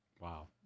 Wow